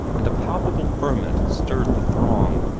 and a palpable ferment stirred the throng.